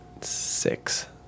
Six